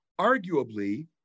arguably